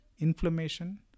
inflammation